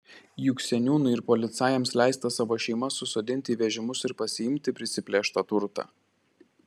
juk seniūnui ir policajams leista savo šeimas susodinti į vežimus ir pasiimti prisiplėštą turtą